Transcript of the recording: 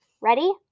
Ready